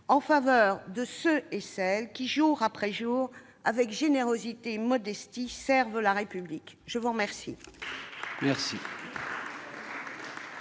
en faveur de ceux et de celles qui, jour après jour, avec générosité et modestie, servent la République. La parole est à M.